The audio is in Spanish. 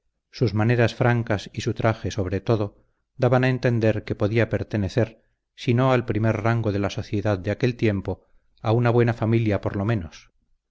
sus maneras francas y su traje sobre todo daban a entender que podía pertenecer si no al primer rango de la sociedad de aquel tiempo a una buena familia por lo menos